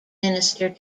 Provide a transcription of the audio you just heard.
minister